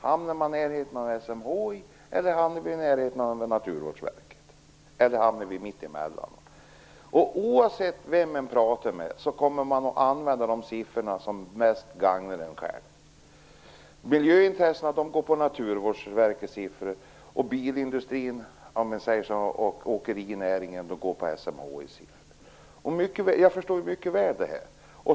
Hamnar man i närheten av SMHI:s bedömning eller i närheten av Naturvårdsverkets bedömning, eller hamnar man mitt emellan? Oavsett vem man pratar med kommer man att använda de siffror som mest gagnar en själv. Miljöintressena går på Naturvårdsverkets siffror, och bilindustrin och åkerinäringen går på SMHI:s siffror. Jag förstår mycket väl detta.